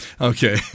Okay